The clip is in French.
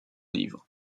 livres